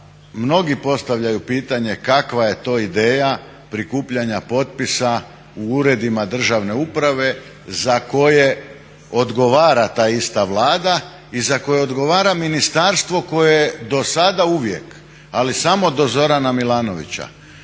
mnogi postavljaju pitanje kakva je to ideja prikupljanja potpisa u uredima državne uprave za koje odgovara ta ista Vlada i za koje odgovara ministarstvo koje do sada uvijek, ali samo do Zorana Milanovića